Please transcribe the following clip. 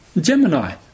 Gemini